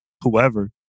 whoever